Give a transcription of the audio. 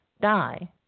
die